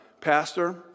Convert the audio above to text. pastor